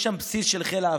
יש שם בסיס של חיל האוויר,